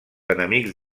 enemics